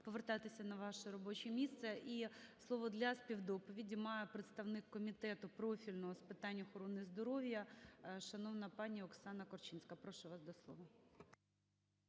повертайтеся на ваше робоче місце. І слово для співдоповіді має представник комітету профільного з питань охорони здоров'я шановна пані Оксана Корчинська. Прошу вас до слова.